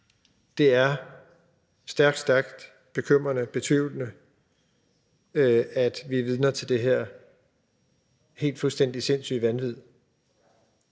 Det er stærkt, stærkt bekymrende og fortvivlende, at vi er vidner til det her helt fuldstændig sindssyge vanvid.